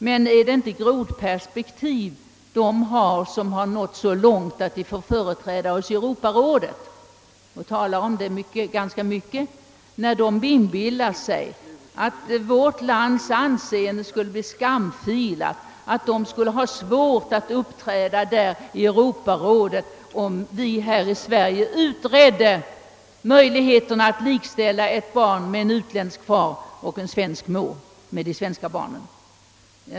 Men det är inte fråga om grodperspektiv när de som har nått så långt att de får företräda oss i Europarådet — och som inte försummar att erinra om det — inbillar sig att vårt lands anseende skulle bli skamfilat och att de själva skulle ha svårt att uppträda i Europarådet, om vi här i Sverige lät utreda möjligheterna att likställa barn med utländsk far och svensk mor med de svenska barnen.